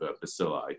bacilli